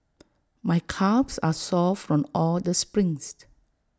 my calves are sore from all the sprints